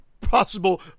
possible